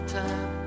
time